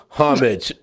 homage